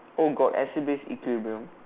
oh got acid base equilibrium